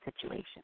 situation